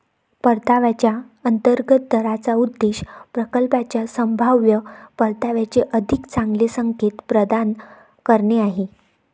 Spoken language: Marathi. परताव्याच्या अंतर्गत दराचा उद्देश प्रकल्पाच्या संभाव्य परताव्याचे अधिक चांगले संकेत प्रदान करणे आहे